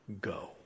go